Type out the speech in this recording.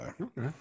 okay